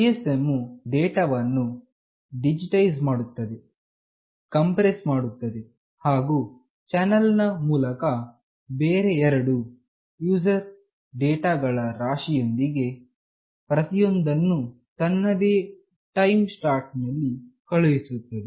GSM ವು ಡೇಟಾವನ್ನು digitise ಮಾಡುತ್ತದೆ ಕಂಪ್ರೆಸ್ ಮಾಡುತ್ತದೆ ಹಾಗು ಚಾನೆಲ್ ನ ಮೂಲಕ ಬೇರೆ ಎರಡು ಯುಝರ್ ಡೇಟಾಗಳ ರಾಶಿಯೊಂದಿಗೆ ಪ್ರತಿಯೊಂದನ್ನು ತನ್ನದೇ ಟೈಮ್ ಸ್ಲಾಟ್ ನಲ್ಲಿ ಕಳುಹಿಸುತ್ತದೆ